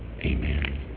Amen